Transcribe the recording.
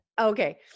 Okay